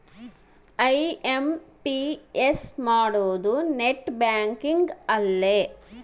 IMPS ಮಾಡೋದು net banking ಅಲ್ಲೆ